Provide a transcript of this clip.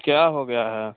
क्या हो गया है